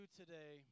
today